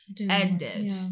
ended